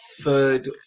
third